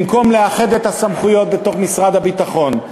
במקום לאחד את הסמכויות בתוך משרד הביטחון,